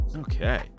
Okay